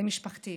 למשפחתי.